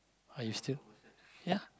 are you still ya